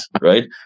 right